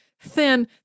thin